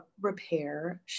repair